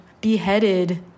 beheaded